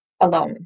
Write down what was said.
alone